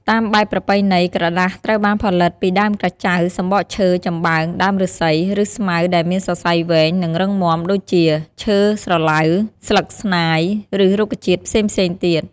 តាមបែបប្រពៃណី ក្រដាសត្រូវបានផលិតពីដើមក្រចៅ សម្បកឈើ ចំបើង ដើមឫស្សី ឬស្មៅដែលមានសរសៃវែង និងរឹងមាំ ដូចជា ឈើស្រឡៅ ស្លឹកស្នាយ ឬរុក្ខជាតិផ្សេងៗទៀត។